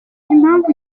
impamvu